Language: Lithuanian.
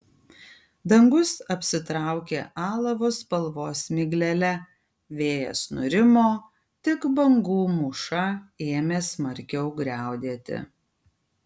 dangus apsitraukė alavo spalvos miglele vėjas nurimo tik bangų mūša ėmė smarkiau griaudėti